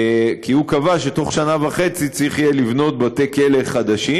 כי הוא קבע שבתוך שנה וחצי צריך יהיה לבנות בתי-כלא חדשים